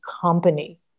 company